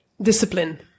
Discipline